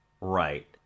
Right